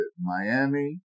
Miami